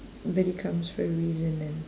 body comes for a reason and